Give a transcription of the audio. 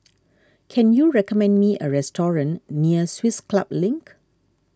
can you recommend me a restaurant near Swiss Club Link